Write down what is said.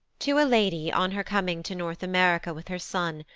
to a lady on her coming to north-america with her son,